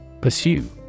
Pursue